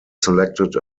selected